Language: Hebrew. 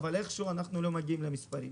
אבל איכשהו אנחנו לא מגיעים למספרים.